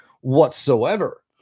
whatsoever